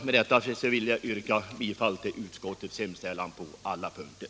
Med detta vill jag yrka bifall till utskottets hemställan på alla punkter.